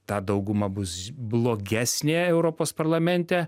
ta dauguma bus blogesnė europos parlamente